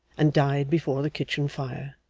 and died before the kitchen fire.